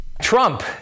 Trump